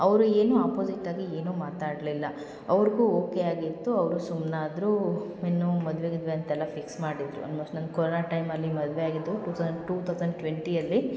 ಅವರು ಏನು ಆಪೋಝಿಟಾಗಿ ಏನೂ ಮಾತಾಡಲಿಲ್ಲ ಅವ್ರಿಗೂ ಓಕೆ ಆಗಿತ್ತು ಅವರು ಸುಮ್ಮನಾದರು ಇನ್ನು ಮದುವೆ ಗಿದುವೆ ಅಂತೆಲ್ಲ ಫಿಕ್ಸ್ ಮಾಡಿದರು ಆಲ್ಮೋಶ್ಟ್ ನನ್ನ ಕೊರೋನ್ ಟೈಮಲ್ಲಿ ಮದುವೆ ಆಗಿದ್ದು ಟು ತೌಝಂಡ್ ಟು ತೌಝಂಡ್ ಟ್ವೆಂಟಿಯಲ್ಲಿ